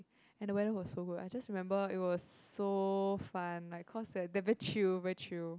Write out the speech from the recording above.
and the weather was so good I just remember it was so fun like cause they they very chill very chill